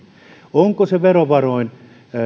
onko se verovaroin